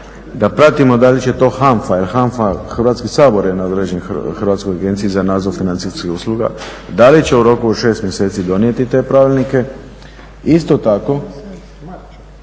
da pratimo da li će to HANFA jer HANFA, Hrvatski sabor je nadređen Hrvatskoj agenciji za nadzor financijskih usluga, da li će u roku od 6 mjeseci donijeti te pravilnike. Isto tako,